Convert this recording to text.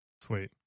Sweet